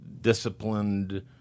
disciplined